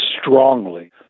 strongly